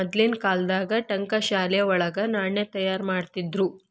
ಮದ್ಲಿನ್ ಕಾಲ್ದಾಗ ಠಂಕಶಾಲೆ ವಳಗ ನಾಣ್ಯ ತಯಾರಿಮಾಡ್ತಿದ್ರು